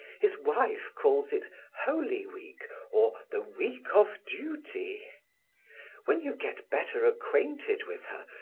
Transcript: his wife calls it holy week or the week of duty when you get better acquainted with her,